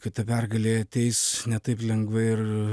kad ta pergalė ateis ne taip lengvai ir